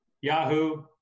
Yahoo